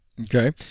Okay